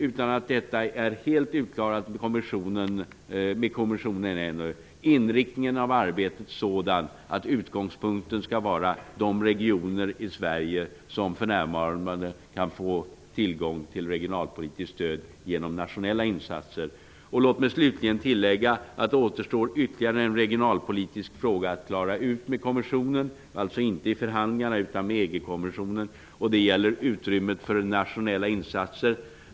Utan att detta ännu är helt utklarat med kommissionen är inriktningen av arbetet att utgångspunkten skall vara de regioner i Sverige som för närvarande kan få regionalpolitiskt stöd genom nationella insatser. Ytterligare en regionalpolitisk fråga återstår att klara ut med EG-kommissionen -- alltså inte i förhandlingar -- nämligen utrymmet för nationella insatser.